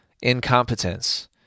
incompetence